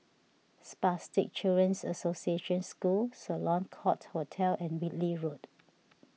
Spastic Children's Association School Sloane Court Hotel and Whitley Road